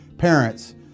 parents